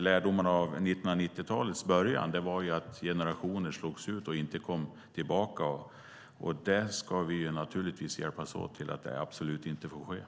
Lärdomarna från 1990-talets början var nämligen att generationer slogs ut och inte kom tillbaka. Vi ska naturligtvis hjälpas åt så att det absolut inte sker.